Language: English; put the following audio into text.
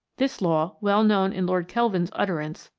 this law, well known in lord kelvin's utterance,